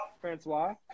Francois